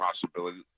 possibility